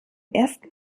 ersten